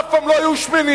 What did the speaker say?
אף פעם לא היו שמנים.